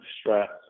straps